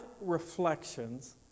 reflections